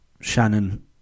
Shannon